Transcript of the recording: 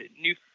new